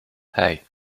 hej